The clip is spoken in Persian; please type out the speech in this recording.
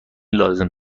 لازم